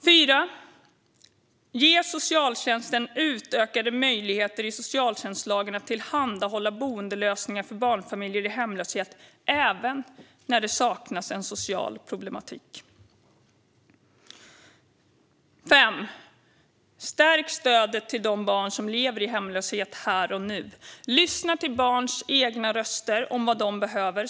För det fjärde: Ge socialtjänsten utökade möjligheter i socialtjänstlagen att tillhandahålla boendelösningar för barnfamiljer i hemlöshet även när det saknas en social problematik. För det femte: Stärk stödet till de barn som lever i hemlöshet här och nu. Lyssna till barns egna röster om vad de behöver.